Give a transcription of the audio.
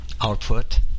output